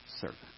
servant